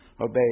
obey